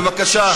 בבקשה.